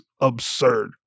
absurd